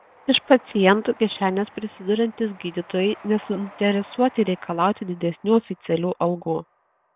iš pacientų kišenės prisiduriantys gydytojai nesuinteresuoti reikalauti didesnių oficialių algų